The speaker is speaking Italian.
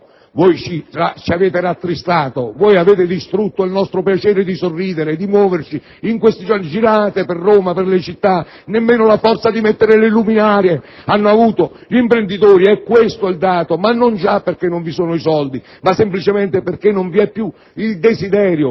voi ci avete rattristato; avete distrutto il nostro piacere di sorridere, di muoverci. Girate in questi giorni per le città: nemmeno la forza di mettere le luminarie hanno avuto gli imprenditori! È questo il dato, non già perché non vi sono soldi ma semplicemente perché non vi è più il desiderio